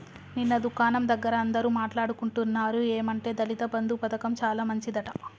నిన్న దుకాణం దగ్గర అందరూ మాట్లాడుకుంటున్నారు ఏమంటే దళిత బంధు పథకం చాలా మంచిదట